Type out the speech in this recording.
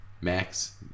max